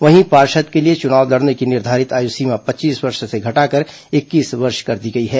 वहीं पार्षद के लिए चुनाव लड़ने की निर्धारित आयु सीमा पच्चीस वर्ष से घटाकर इक्कीस वर्ष कर दी गई है